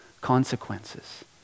consequences